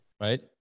right